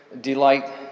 delight